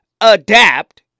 adapt